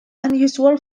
unusual